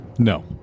No